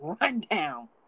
rundown